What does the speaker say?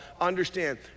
understand